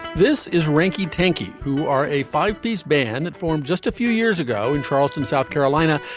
this is rinckey tanky, who are a five piece band that formed just a few years ago in charleston, south carolina.